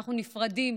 אנחנו נפרדים